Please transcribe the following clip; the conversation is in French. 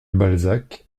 balzac